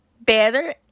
better